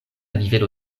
nivelo